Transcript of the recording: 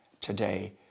today